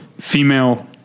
female